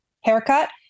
haircut